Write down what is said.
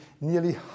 nearly